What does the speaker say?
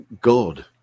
God